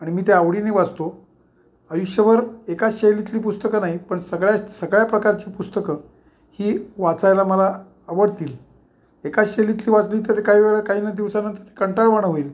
आणि मी ते आवडीने वाचतो आयुष्यभर एकाच शैलीतली पुस्तकं नाही पण सगळ्याच सगळ्या प्रकारची पुस्तकं ही वाचायला मला आवडतील एकाच शैलीतली वाचली तर ते काही वेळा काही न दिवसानंतर ते कंटाळवाणं होईल